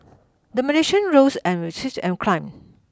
the Malaysian ringgit rose and climbed